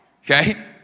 okay